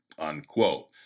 unquote